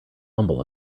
humble